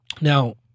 Now